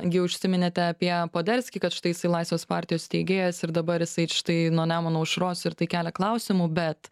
jau užsiminėte apie poderskį kad štai jisai laisvės partijos steigėjas ir dabar jisai štai nuo nemuno aušros ir tai kelia klausimų bet